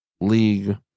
league